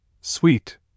Sweet